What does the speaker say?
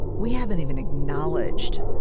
we haven't even acknowledged